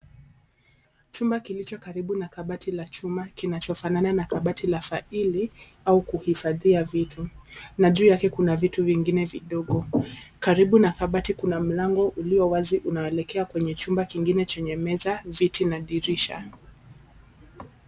Chumba kilicho karibu na kabati la chuma kinachofana na kabati la faili, au kuhifadhia vitu. Na juu yake kuna vitu vingine vidogo. Karibu na kabati kuna mlango ulio wazi unaoelekea kwenye chumba kingine chenye meza, viti na dirisha.